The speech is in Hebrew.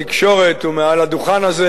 בתקשורת ומעל הדוכן הזה.